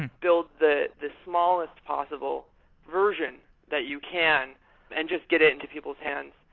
build the the smallest possible version that you can and just get into people's hands.